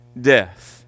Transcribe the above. death